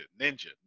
Ninja